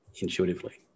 intuitively